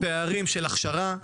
פערים של הכשרה,